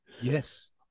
Yes